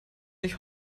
sich